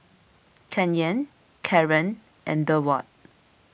Canyon Kaaren and Durward